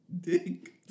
Dick